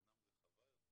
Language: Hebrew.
אמנם רחבה יותר,